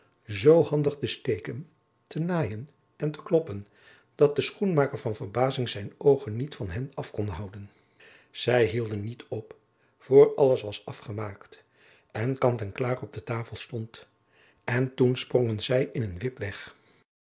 zoo handig te steken te naaien en te kloppen dat de schoenmaker van verbazing zijn oogen niet van hen af kon houden zij hielden niet op voor alles was afgemaakt en kant en klaar op tafel stond en toen sprongen zij in een wip weg